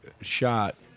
shot